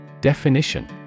Definition